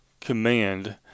command